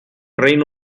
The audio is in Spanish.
reino